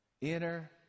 Inner